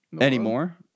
anymore